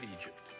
Egypt